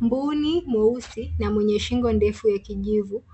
Mbuni mweusi na mwenye shingo ndefu, ya kijivu